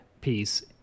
piece